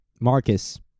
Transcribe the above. marcus